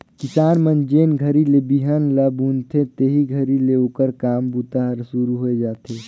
किसान मन जेन घरी ले बिहन ल बुनथे तेही घरी ले ओकर काम बूता हर सुरू होए जाथे